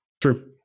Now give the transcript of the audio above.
True